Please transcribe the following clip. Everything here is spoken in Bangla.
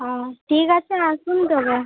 ও ঠিক আছে আসুন তবে